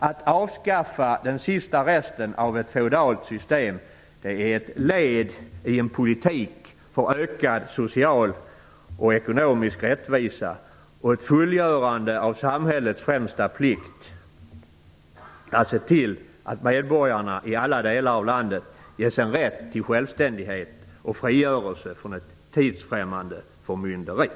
Att avskaffa den sista resten av ett feodalt system är ett led i en politik för ökad social och ekonomisk rättvisa och ett fullgörande av samhällets främsta plikt, att se till att medborgarna i alla delar av landet ges rätt till självständighet och frigörelse från ett tidsfrämmande förmynderi.